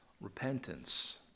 repentance